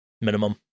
minimum